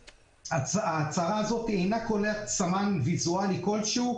ההצהרה הזאת אינה כוללת סמן ויזואלי כלשהו